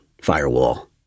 firewall